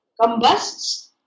combusts